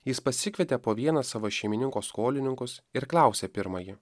jis pasikvietė po vieną savo šeimininko skolininkus ir klausė pirmąjį